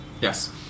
Yes